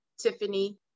Tiffany